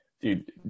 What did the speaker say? dude